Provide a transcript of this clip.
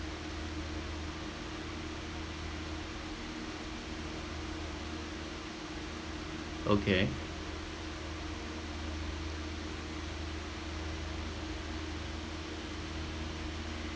okay